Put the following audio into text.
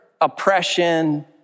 oppression